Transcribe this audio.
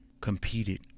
competed